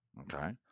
Okay